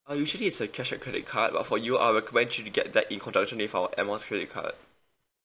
uh usually it's a cashback credit card but for you I'll recommend you to get that in conjunction with our air miles credit card